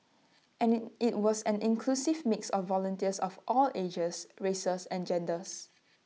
and IT was an inclusive mix of volunteers of all ages races and genders